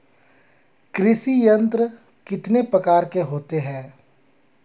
कृषि यंत्र कितने प्रकार के होते हैं?